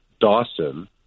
Dawson